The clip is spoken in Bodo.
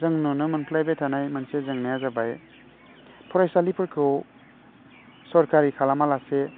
जों नुनो मोनफ्लेबाय थानाय मोनसे जेंनाया जाबाय फरायसालिफोरखौ सरकारि खालामा लासे